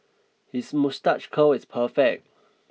his moustache curl is perfect